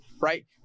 right